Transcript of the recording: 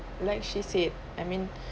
like she said I mean